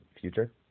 future